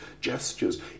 gestures